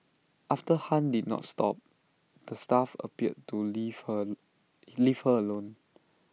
after han did not stop the staff appeared to leave her leave her alone